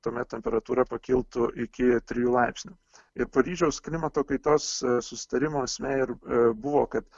tuomet temperatūra pakiltų iki trijų laipsnių ir paryžiaus klimato kaitos susitarimo esmė ir buvo kad